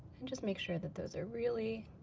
and just make sure that those are really